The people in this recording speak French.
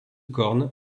cornes